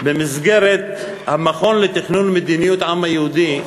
במסגרת המכון לתכנון מדיניות העם היהודי,